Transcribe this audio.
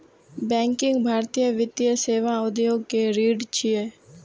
banking भारतीय वित्तीय सेवा उद्योग के रीढ़ छियै